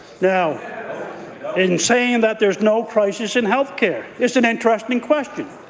now in saying that there's no crisis in health care, it's an interesting question.